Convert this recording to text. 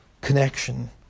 connection